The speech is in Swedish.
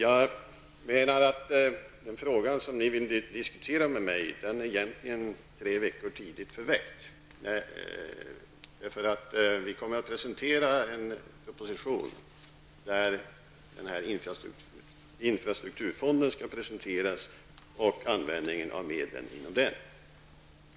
Den fråga som ni vill diskutera med mig är egentligen ställd tre veckor för tidigt. Regeringen kommer att lägga fram en proposition, där infrastrukturfonden och användningen av dess medel presenteras.